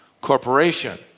corporation